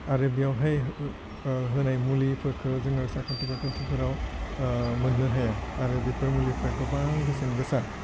आरो बेयावहाय होनाय मुलिफोरखौ जोङो साखाथि बाखाथिफोराव मोननो हाया आरो बेफोर मुलिफ्रा गोबां बेसेन गोसा